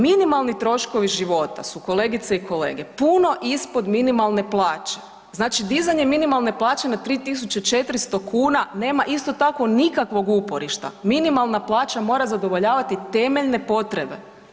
Minimalni troškovi života su kolegice i kolege puno ispod minimalne plaće, znači dizanje minimalne plaće na 3.400 kuna nema isto tako nikakvog uporišta, minimalna plaća mora zadovoljavati temeljne potrebe.